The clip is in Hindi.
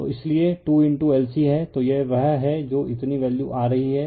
तो इसीलिए 2 LC है तो यह वह है जो इतनी वैल्यू आ रही है